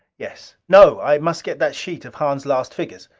yes. no! i must get that sheet of hahn's last figures.